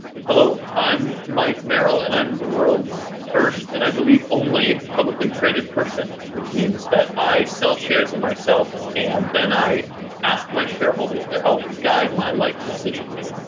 hello, i'm mike merrill, and i'm the world's first and i believe only publicly traded person, which means that i sell shares in myself and then i ask my shareholders to help guide my life decisions.